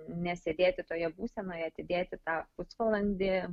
nesėdėti toje būsenoje atidėti tą pusvalandį